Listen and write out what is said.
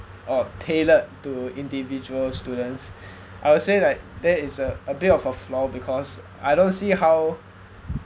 or tailored to individual students I would say like there is a a bit of a flaw because I don't see how